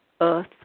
earth